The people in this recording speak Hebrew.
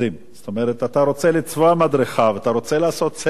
אתה רוצה לצבוע מדרכה ואתה רוצה לעשות סדר ולעשות חנייה,